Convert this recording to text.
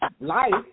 life